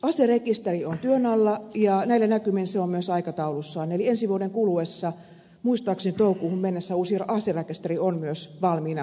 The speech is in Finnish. aserekisteri on työn alla ja näillä näkymin se on myös aikataulussaan eli ensi vuoden kuluessa muistaakseni toukokuuhun mennessä uusi aserekisteri on myös valmiina